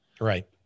Right